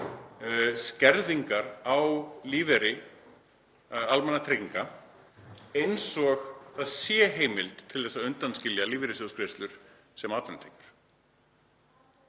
skerðingar á lífeyri almannatrygginga eins og það sé heimild til þess að undanskilja lífeyrissjóðsgreiðslur sem atvinnutekjur.